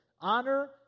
Honor